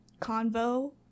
Convo